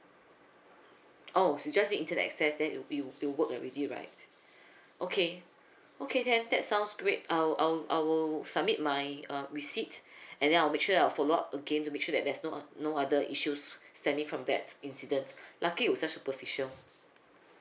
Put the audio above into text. oh you just need internet access then it it will be work right okay okay then that sounds great I'll I'll I'll submit my uh receipt and then I'll make sure I'll follow up again to make sure that there's no no other issues standing from that incident lucky it was just superficial